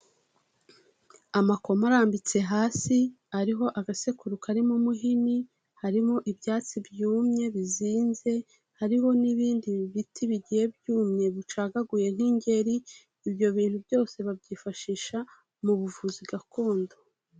Amakoma arambitse hasi, ariho agasekuru karimo umuhini, harimo ibyatsi byumye bizinze, hariho n'ibindi biti bige byumye bicagaguye nk'ingeri, ibyo bintu byose babyifashisha mu buvuzi gakondo.